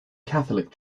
catholic